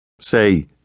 Say